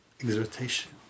exhortation